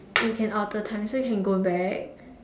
you can alter time so you can go back